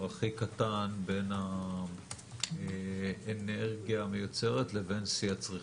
הכי קטן בין האנרגיה המיוצרת לבין שיא הצריכה,